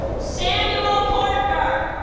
samuel ah korntner